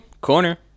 Corner